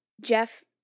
Jeff